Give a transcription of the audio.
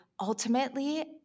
ultimately